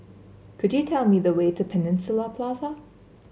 could you tell me the way to Peninsula Plaza